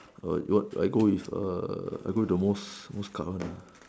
I go with the most card one